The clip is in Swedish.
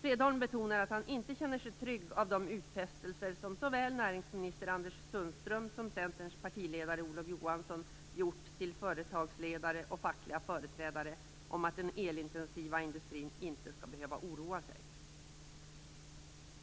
Fredholm betonar att han inte känner sig trygg av de utfästelser som såväl näringsminister Anders Sundström som Centerns partiledare Olof Johansson gjort till företagsledare och fackliga företrädare om att den elintensiva industrin inte skall behöva oroa sig.